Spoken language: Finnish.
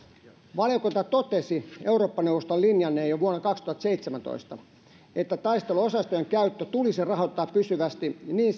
valiokunta totesi eurooppa neuvoston linjanneen jo vuonna kaksituhattaseitsemäntoista että taisteluosastojen käyttö tulisi rahoittaa pysyvästi niin niin